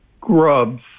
grubs